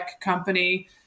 company